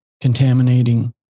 contaminating